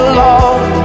love